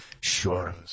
Sure